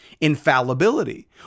infallibility